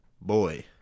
boy